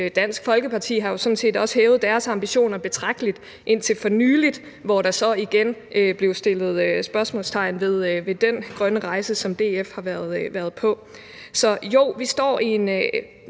jo sådan set også hævet deres ambitioner betragteligt indtil for nylig, hvor der så igen blev sat spørgsmåltegn ved den grønne rejse, som DF har været på. Så jo, vi står i en